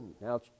now